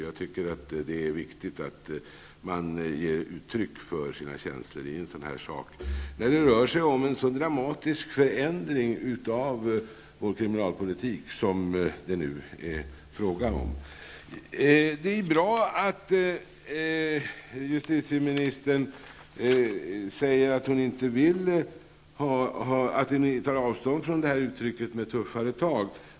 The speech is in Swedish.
Jag tycker att det är viktigt att man ger uttryck för sina känslor i en sådan här sak när det rör sig om så dramatiska förändringar av vår kriminalpolitik som det nu är fråga om. Det är bra att justitieministern säger att hon vill ta avstånd från uttrycket ''tuffare tag''.